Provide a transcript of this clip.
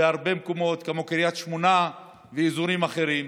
בהרבה מקומות, כמו קריית שמונה ואזורים אחרים.